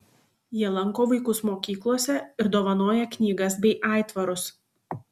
jie lanko vaikus mokyklose ir dovanoja knygas bei aitvarus